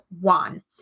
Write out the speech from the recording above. one